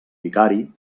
vicari